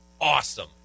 awesome